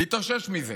נתאושש מזה,